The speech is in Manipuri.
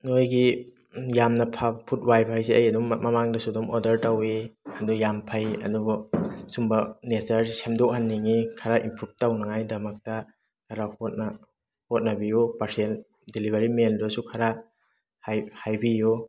ꯅꯣꯏꯒꯤ ꯌꯥꯝꯅ ꯐꯕ ꯐꯨꯠ ꯋꯥꯏꯐꯥꯏꯁꯤ ꯑꯩ ꯑꯗꯨꯝ ꯃꯃꯥꯡꯗꯁꯨ ꯑꯗꯨꯝ ꯑꯣꯔꯗꯔ ꯇꯧꯋꯤ ꯑꯗꯨ ꯌꯥꯝ ꯐꯩ ꯑꯗꯨꯕꯨ ꯁꯨꯝꯕ ꯅꯦꯆꯔꯁꯤ ꯁꯦꯝꯗꯣꯛꯍꯟꯅꯤꯡꯉꯤ ꯈꯔ ꯏꯝꯄ꯭ꯔꯨꯞ ꯇꯧꯅꯉꯥꯏꯒꯤꯗꯃꯛꯇ ꯈꯔ ꯍꯣꯠꯅ ꯍꯣꯠꯅꯕꯤꯌꯨ ꯄꯥꯔꯁꯦꯜ ꯗꯤꯂꯤꯚꯔꯤ ꯃꯦꯟꯗꯨꯁꯨ ꯈꯔ ꯍꯥꯏꯕꯤꯌꯨ